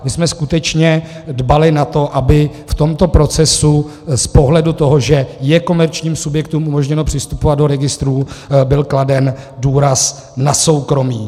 My jsme skutečně dbali na to, aby v tomto procesu z pohledu toho, že je komerčním subjektům umožněno přistupovat do registrů, byl kladen důraz na soukromí.